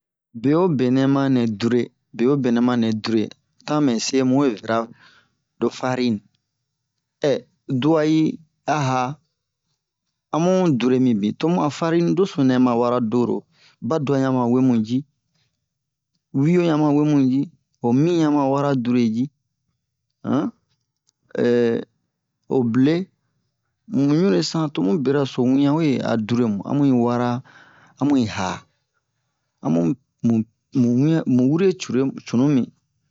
bewobe nɛ ma nɛ dure to amɛ se mu we vera lo farine mɛ se duya yi a'a amu dure mibin tomu a farine doso nɛma wara do-ro baduya ɲaman we mu ji wiyo ɲaman we mu ji wo mi ɲaman wara dure ji ho ble ɲaman wara dure ji mu ɲunle san tomu beraso wiɲan a dure mu amu yi wara amu yi ha amu mu mu wiɲan mu wure cure cunu mi